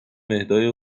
اهدای